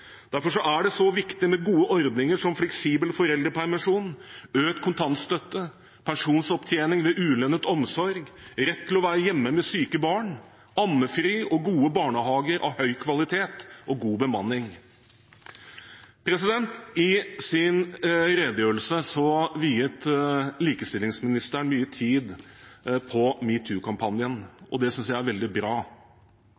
Derfor er det så viktig med gode ordninger som fleksibel foreldrepermisjon, økt kontantstøtte, pensjonsopptjening ved ulønnet omsorg, rett til å være hjemme med syke barn, ammefri og gode barnehager av høy kvalitet og med god bemanning. I sin redegjørelse viet likestillingsministeren mye tid på